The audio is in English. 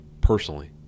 personally